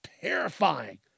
terrifying